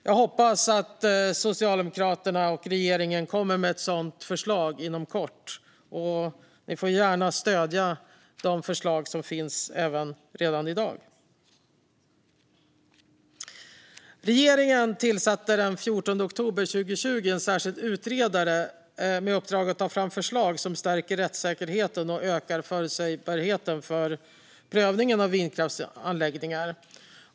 Jag hoppas att Socialdemokraterna och regeringen kommer med ett sådant förslag inom kort. Ni får också gärna stödja de förslag som finns redan i dag. Regeringen tillsatte den 14 oktober 2020 en särskild utredare med uppdrag att ta fram förslag som stärker rättssäkerheten och ökar förutsägbarheten för prövningen av vindkraftsanläggningar.